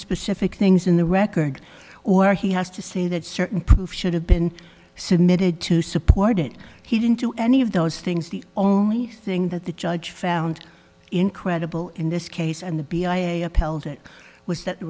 specific things in the record or he has to say that certain proof should have been submitted to support it he didn't do any of those things the only thing that the judge found incredible in this case and the